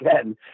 again